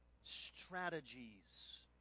strategies